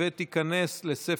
מתנגדים,